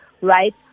right